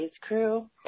crew